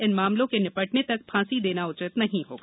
इन मामलों के निपटने तक फांसी देना उचित नहीं होगा